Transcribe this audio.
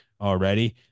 already